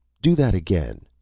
do that again.